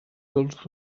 dels